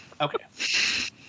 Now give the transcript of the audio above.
Okay